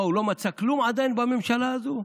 מה, הוא לא מצא כלום עדיין בממשלה הזו?